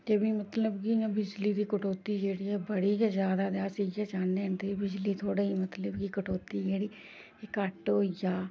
ते फ्ही मतलब बिजली दी कटौती जेह्ड़ी ऐ बड़ी गै ज्यादा ते अस इ'यै चाह्न्ने आं ते बिजली थोह्ड़ी मतलब कटौती जेह्ड़ी एह् घट्ट होई जा